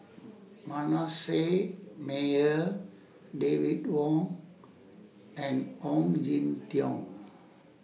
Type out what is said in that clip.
Manasseh Meyer David Wong and Ong Jin Teong